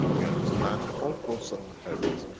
we understand the whole process of herpes,